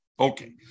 Okay